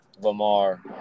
Lamar